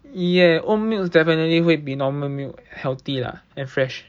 ya oat milk definitely 会比 normal milk healthy lah and fresh